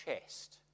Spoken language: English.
chest